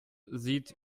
sieht